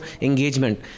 engagement